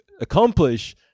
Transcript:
accomplish